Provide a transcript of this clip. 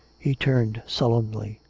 he turned sullenly.